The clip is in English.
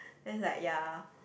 then is like ya